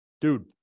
Dude